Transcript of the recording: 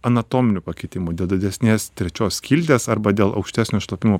anatominių pakitimų dėl didesnės trečios skilties arba dėl aukštesnio šlapimo